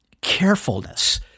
carefulness